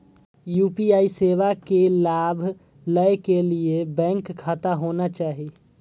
UPI सेवा के लाभ लै के लिए बैंक खाता होना चाहि?